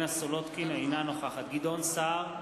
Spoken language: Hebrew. אינה נוכחת גדעון סער,